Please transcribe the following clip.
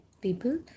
people